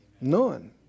None